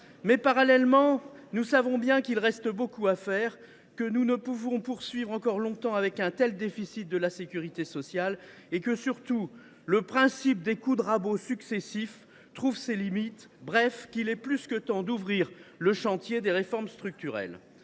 Mais, parallèlement, nous savons bien qu’il reste beaucoup à faire, que nous ne pouvons pas continuer encore longtemps avec un tel déficit de la sécurité sociale et, surtout, que le principe des coups de rabot successifs trouve ses limites. Bref, il est plus que temps d’ouvrir le chantier des réformes structurelles.